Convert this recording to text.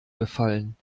befallen